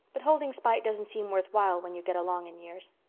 but holding spite doesn't seem worth while when you get along in years.